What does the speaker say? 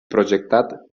projectat